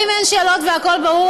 אם אין שאלות והכול ברור,